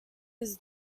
his